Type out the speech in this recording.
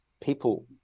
people